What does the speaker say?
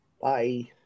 Bye